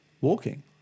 walking